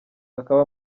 akaba